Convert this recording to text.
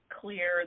Clear